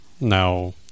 Now